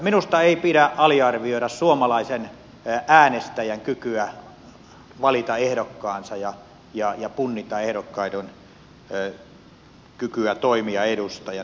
minusta ei pidä aliarvioida suomalaisen äänestäjän kykyä valita ehdokkaansa ja punnita ehdokkaiden kykyä toimia edustajana